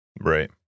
right